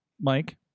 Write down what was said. Mike